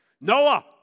Noah